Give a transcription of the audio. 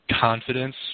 confidence